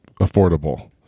affordable